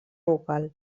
vocal